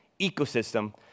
ecosystem